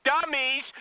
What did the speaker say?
Dummies